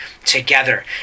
together